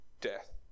death